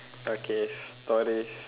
okay stories